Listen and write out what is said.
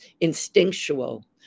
instinctual